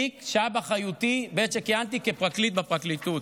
תיק שהיה באחריותי בעת שכיהנתי כפרקליט בפרקליטות.